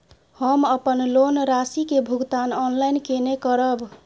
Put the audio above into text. हम अपन लोन राशि के भुगतान ऑनलाइन केने करब?